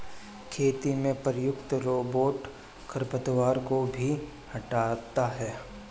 खेती में प्रयुक्त रोबोट खरपतवार को भी हँटाता है